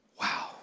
Wow